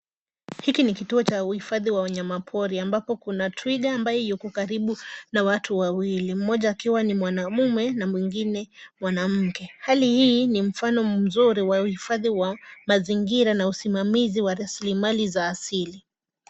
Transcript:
Hiki ni kituo cha uhifadhi wa wanyamapori ambapo kuna twiga ambaye yuko karibu, na watu wawili, mmoja akiwa ni mwanamume na mwingine mwanamke. Hali hii ni mfano mzuri wa uhifadhi wa, mazingira na usimamizi wa rasilimali za asili.